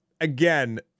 again